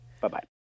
Bye-bye